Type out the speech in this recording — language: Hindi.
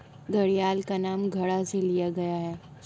घड़ियाल का नाम घड़ा से लिया गया है